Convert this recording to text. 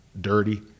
dirty